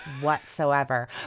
whatsoever